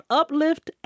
uplift